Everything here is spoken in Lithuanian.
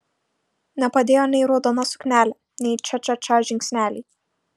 nepadėjo nei raudona suknelė nei ča ča ča žingsneliai